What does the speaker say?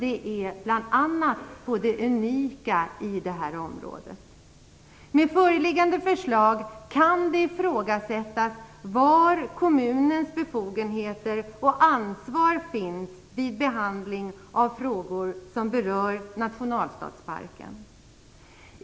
Det gäller bl.a. det unika i det här området. Med föreliggande förslag kan det ifrågasättas var kommunens befogenheter och ansvar finns vid behandling av frågor som berör nationalstadsparken.